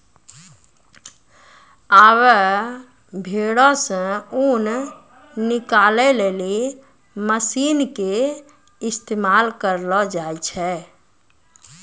आबै भेड़ो से ऊन निकालै लेली मशीन के इस्तेमाल करलो जाय छै